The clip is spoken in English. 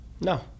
No